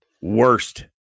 worst